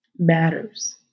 matters